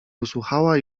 usłuchała